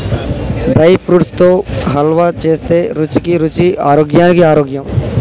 dry fruits తో హల్వా చేస్తే రుచికి రుచి ఆరోగ్యానికి ఆరోగ్యం